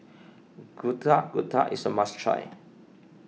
Getuk Getuk is a must try